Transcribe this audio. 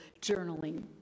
Journaling